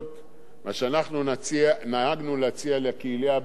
מה שאנחנו נהגנו להציע לקהילה הבין-לאומית,